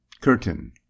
Curtain